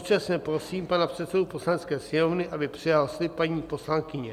Současně prosím pana předsedu Poslanecké sněmovny, aby přijal slib paní poslankyně.